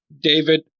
David